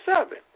seven